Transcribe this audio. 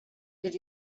did